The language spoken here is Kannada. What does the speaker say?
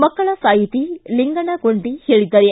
ಮಕ್ಕಳ ಸಾಹಿತಿ ಲಿಂಗಣ್ಣ ಕುಂಟ ಹೇಳಿದ್ದಾರೆ